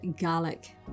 garlic